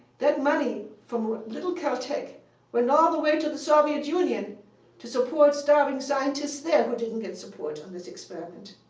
that money from little caltech went all the way to the soviet union to support starving scientists there, who didn't get support on this experiment.